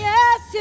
Yes